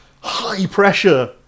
high-pressure